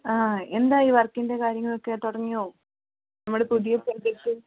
ആ എന്തായി വർക്കിൻ്റെ കാര്യങ്ങളൊക്കെ തുടങ്ങിയോ നമ്മുടെ പുതിയ പ്രൊജക്റ്റ്